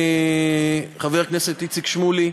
חבר הכנסת איציק שמולי,